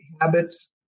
habits